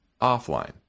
offline